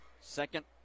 Second